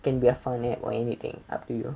can be a fun app or anything up to you